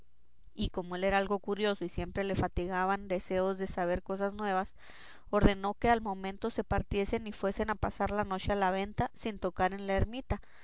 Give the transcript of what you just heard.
y como él era algo curioso y siempre le fatigaban deseos de saber cosas nuevas ordenó que al momento se partiesen y fuesen a pasar la noche en la venta sin tocar en la ermita